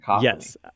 yes